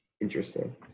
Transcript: Interesting